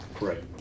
Right